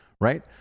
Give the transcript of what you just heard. right